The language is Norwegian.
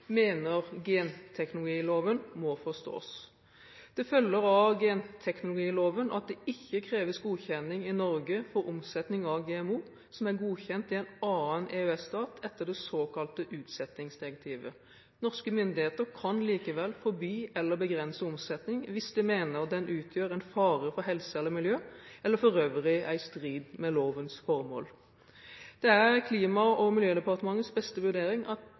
mener genteknologiloven må forstås. Det følger av genteknologiloven at det ikke kreves godkjenning i Norge på omsetning av GMO som er godkjent i en annen EØS-stat etter det såkalte utsettingsdirektivet. Norske myndigheter kan likevel forby eller begrense omsetning hvis de mener den utgjør en fare for helse eller miljø, eller for øvrig er i strid med lovens formål. Det er Klima- og miljødepartementets beste vurdering at